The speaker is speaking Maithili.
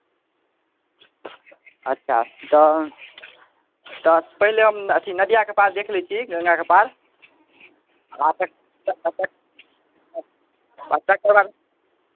अच्छा तऽ तऽ तऽ पहिले हम अथी नदियाके पार देख लै छी गंगाके पार आ ते तक तकर बाद